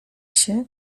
się